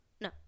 No